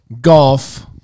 Golf